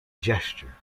gesture